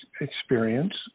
experience